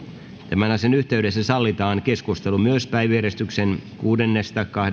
tämän asian yhteydessä sallitaan keskustelu myös päiväjärjestyksen kuudennesta